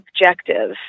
objective